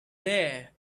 there